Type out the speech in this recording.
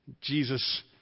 Jesus